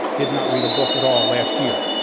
did not read a book at all last year.